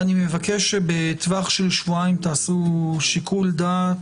אני מבקש בטווח של שבועיים שתעשו עוד פעם שיקול דעת